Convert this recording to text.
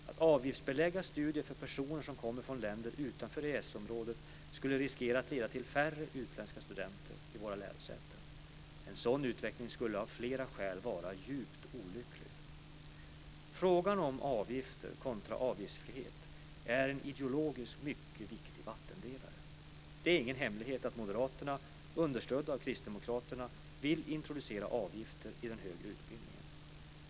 Att avgiftsbelägga studier för personer som kommer från länder utanför EES-området skulle riskera att leda till färre utländska studenter vid våra lärosäten. En sådan utveckling skulle av flera skäl vara djupt olycklig. Frågan om avgifter kontra avgiftsfrihet är en ideologiskt mycket viktig vattendelare. Det är ingen hemlighet att moderaterna, understödda av kristdemokraterna, vill introducera avgifter i den högre utbildningen.